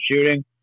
shooting